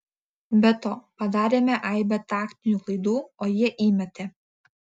be to padarėme aibę taktinių klaidų o jie įmetė